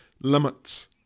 limits